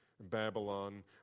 Babylon